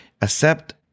Accept